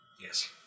Yes